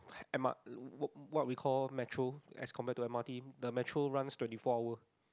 M_R what we called matron as compare to m_r_t the matron runs twenty four hour